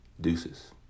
Deuces